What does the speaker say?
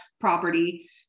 property